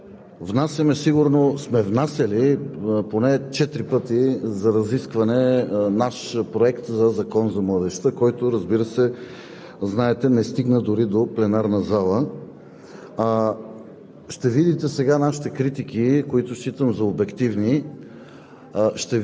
Ние, разбира се, безспорно сме последователни и пак ще кажа от тази трибуна, че сме внасяли поне четири пъти за разискване наш Проект за Закон за младежта, който, разбира се,